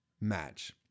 match